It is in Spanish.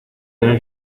tener